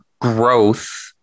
growth